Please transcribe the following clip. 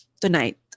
tonight